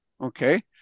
okay